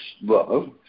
love